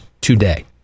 today